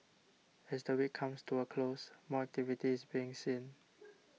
as the week comes to a close more activity is being seen